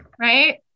right